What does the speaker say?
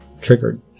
triggered